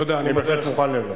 אני בהחלט מוכן לזה.